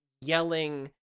yelling